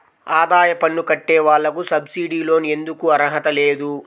ఆదాయ పన్ను కట్టే వాళ్లకు సబ్సిడీ లోన్ ఎందుకు అర్హత లేదు?